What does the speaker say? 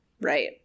right